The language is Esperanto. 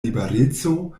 libereco